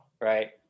right